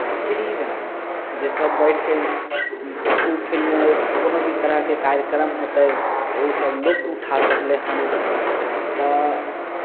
सीढ़ी बनायल छै जे सभ बैठि कऽ ओ ओ फिल्डमे कोनो भी तरहके कार्यक्रम होतै तऽ ओसभ लुत्फ उठा सकलै हन तऽ